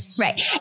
Right